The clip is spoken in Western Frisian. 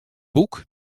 boek